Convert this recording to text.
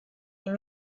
est